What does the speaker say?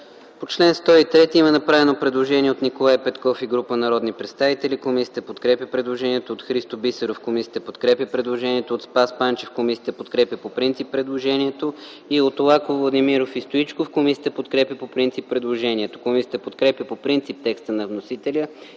По чл. 103 има направено предложение от Николай Петков и група народни представители. Комисията подкрепя предложението. Има предложение от Христо Бисеров. Комисията подкрепя предложението. Има предложение от Спас Панчев. Комисията подкрепя по принцип предложението. Има предложение от Лаков, Владимиров и Стоичков. Комисията подкрепя по принцип предложението. Комисията подкрепя по принцип текста на вносителя